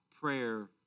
prayer